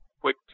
quick